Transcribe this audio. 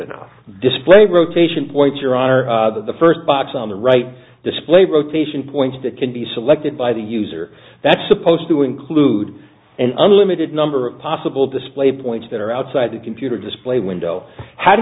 enough display rotation point your honor the first box on the right display rotation points that can be selected by the user that's supposed to include an unlimited number of possible display points that are outside the computer display window how do